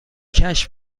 کشف